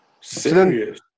Serious